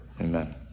Amen